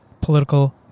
political